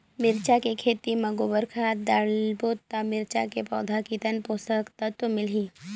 मिरचा के खेती मां गोबर खाद डालबो ता मिरचा के पौधा कितन पोषक तत्व मिलही?